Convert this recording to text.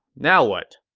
now what?